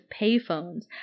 payphones